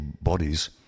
bodies